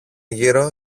γύρω